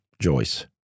Joyce